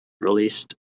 released